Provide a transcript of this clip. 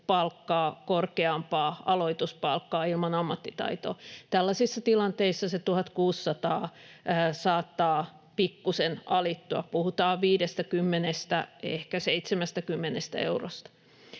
korkeampaa aloituspalkkaa ilman ammattitaitoa. Tällaisissa tilanteissa se 1 600 saattaa pikkusen alittua, puhutaan 50:stä, ehkä 70 eurosta.